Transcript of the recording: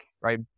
right